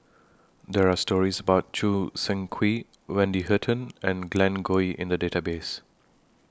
There Are stories about Choo Seng Quee Wendy Hutton and Glen Goei in The Database